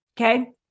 okay